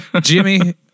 Jimmy